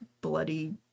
bloody